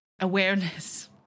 awareness